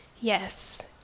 Yes